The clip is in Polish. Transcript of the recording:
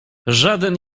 żaden